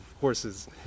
horses